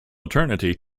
eternity